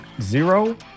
Zero